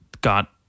got